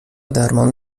درمان